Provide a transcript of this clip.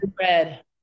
red